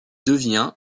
devient